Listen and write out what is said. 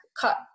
cut